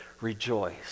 rejoice